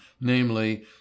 namely